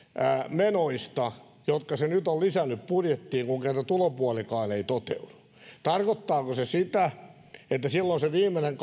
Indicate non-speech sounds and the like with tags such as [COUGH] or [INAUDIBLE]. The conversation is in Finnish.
menoista jotka se nyt on lisännyt budjettiin kun kerta tulopuolikaan ei toteudu tarkoittaako se sitä että silloin se viimeinen [UNINTELLIGIBLE]